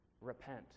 repent